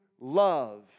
love